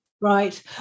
Right